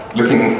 Looking